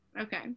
okay